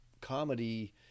comedy